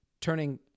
turning